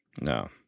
No